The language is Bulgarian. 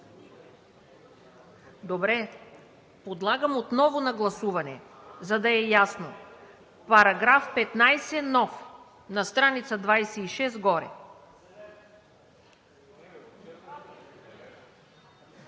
Добре, подлагам отново на гласуване, за да е ясно –§ 15, нов, на страница 26 горе.